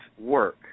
work